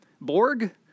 Borg